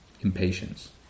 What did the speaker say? impatience